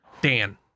Dan